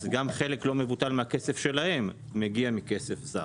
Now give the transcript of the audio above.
אז גם חלק לא מבוטל מהכסף שלהם מגיע מכסף זר.